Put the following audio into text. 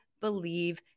believe